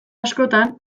askotan